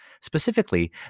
specifically